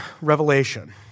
revelation